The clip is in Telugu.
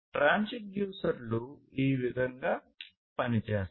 ట్రాన్స్డ్యూసర్లు ఈ విధంగా పనిచేస్తాయి